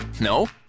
No